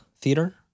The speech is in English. theater